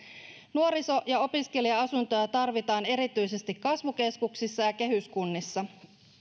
nuoriso ja opiskelija asuntoja tarvitaan erityisesti kasvukeskuksissa ja kehyskunnissa